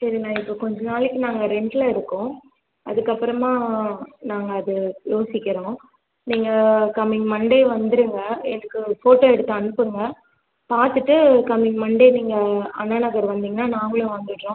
சரிங்க நான் இப்போ கொஞ்ச நாளைக்கு நாங்கள் ரெண்ட்டில் இருக்கோம் அதற்கப்பறமா நாங்கள் அதை யோசிக்கிறோம் நீங்கள் கம்மிங் மண்டே வந்துருங்க எனக்கு ஒரு போட்டோ எடுத்து அனுப்புங்கள் பார்த்துட்டு கம்மிங் மண்டே நீங்கள் அண்ணாநகர் வந்தீங்கன்னா நாங்களும் வந்துடுறோம்